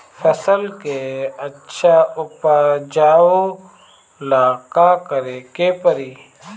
फसल के अच्छा उपजाव ला का करे के परी?